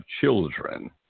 children